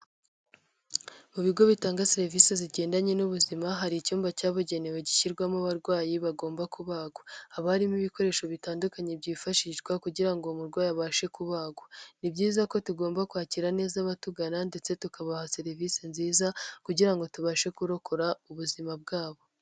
Mu bigo bitanga serivisi zigendanye n'ubuzima, hari icyumba cyabugenewe gishyirwamo abarwayi bagomba kubagwa. Habarimo ibikoresho bitandukanye byifashishwa kugira ngo umurwayi abashe kubarwa. Ni byiza ko tugomba kwakira neza abatugana ndetse tukabaha serivisi nziza, kugira ngo tubashe kurokora ubuzima bwabo.